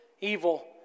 evil